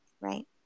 Right